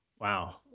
Wow